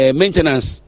maintenance